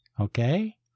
Okay